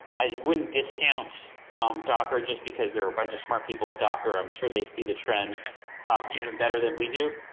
i wouldn't discount um docker just because there are a bunch of smart people at docker. i'm sure they see the trend um even better than we do.